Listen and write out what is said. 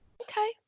Okay